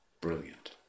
brilliant